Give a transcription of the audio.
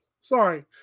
Sorry